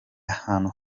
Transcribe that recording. ahantu